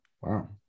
Wow